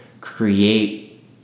create